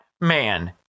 man